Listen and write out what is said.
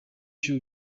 cy’u